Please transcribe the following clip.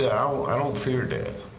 i don't fear death.